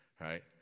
right